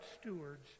stewards